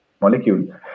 molecule